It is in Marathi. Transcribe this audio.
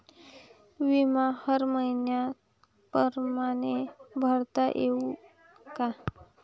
बिमा हर मइन्या परमाने भरता येऊन का?